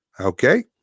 Okay